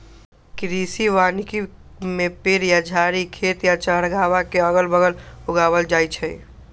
कृषि वानिकी में पेड़ या झाड़ी खेत या चारागाह के अगल बगल उगाएल जाई छई